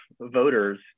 voters